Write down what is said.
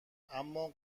اما